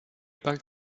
parc